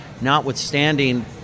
notwithstanding